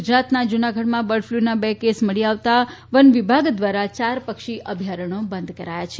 ગુજરાતનાં જૂનાગઢમાં બર્ડફ્લુના બે કેસ મળી આવતા વન વિભાગ દ્વારા ચાર પક્ષી અભ્યારણો બંધ કરાયા છે